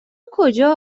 کجا